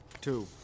Two